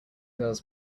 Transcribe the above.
girls